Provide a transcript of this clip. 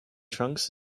trunks